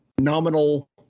nominal